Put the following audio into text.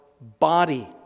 body